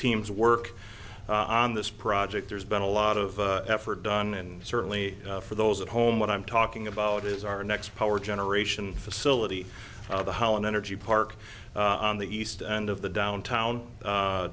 teams work on this project there's been a lot of effort done and certainly for those at home what i'm talking about is our next power generation facility the hauen energy park on the east end of the downtown